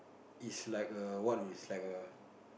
is like a what is like a